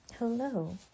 Hello